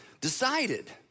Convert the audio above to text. decided